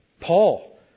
Paul